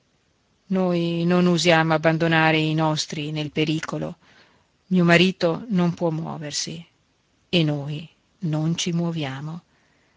noi non usiamo abbandonare i nostri nel pericolo mio marito non può muoversi e noi non ci muoviamo